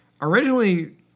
originally